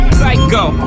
Psycho